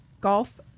Golf